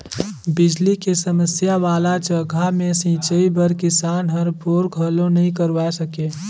बिजली के समस्या वाला जघा मे सिंचई बर किसान हर बोर घलो नइ करवाये सके